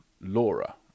Laura